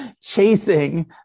chasing